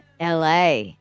LA